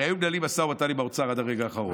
הרי היו מנהלים משא ומתן עם האוצר עד הרגע האחרון.